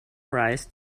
rise